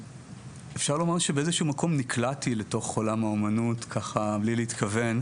אפשר לומר שבאיזה שהוא מקום נקלעתי לתוך עולם האמנות ככה בלי להתכוון.